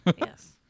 Yes